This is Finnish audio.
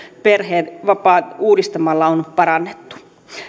perhevapaat uudistamalla on parannettu